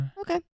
Okay